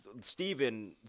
Stephen